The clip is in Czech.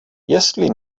jestli